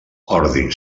ordi